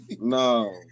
No